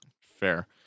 Fair